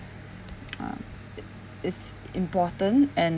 um it it's important and